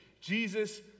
Jesus